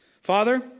father